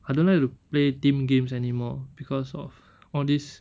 I don't like to play team games anymore because of all this